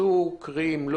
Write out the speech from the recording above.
ללא כלי זה לא